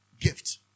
Gift